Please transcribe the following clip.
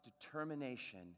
determination